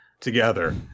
together